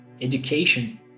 education